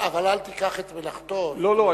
אבל אל תיקח את מלאכתו, לא, לא.